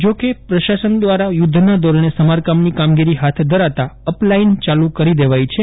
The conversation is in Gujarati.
જોકે પ્રશાસન દ્વારા યુદ્ધના ધોરણે સમારકામની કામગીરી હાથ ધરાતાં અપલાઈન ચાલુ કરી દેવાઈ છે